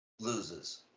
loses